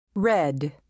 Red